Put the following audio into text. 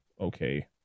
okay